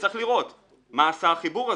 וצריך לראות מה עשה החיבור הזה.